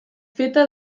feta